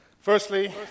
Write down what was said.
firstly